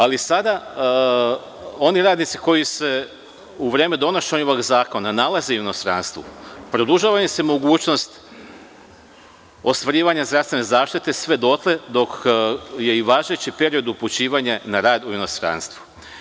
Ali, sada oni radnici koji se u vreme donošenja ovog zakona nalaze u inostranstvu, produžava im se mogućnost ostvarivanja zdravstvene zaštite sve dotle dok je i važeći period upućivanja na rad u inostranstvu.